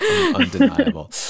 Undeniable